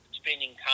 spending